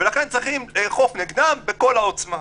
ולכן צריכים לאכוף נגדם בכל העוצמה.